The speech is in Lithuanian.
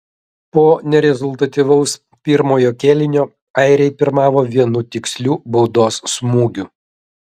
po nerezultatyvaus pirmojo kėlinio airiai pirmavo vienu tiksliu baudos smūgiu